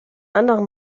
anderen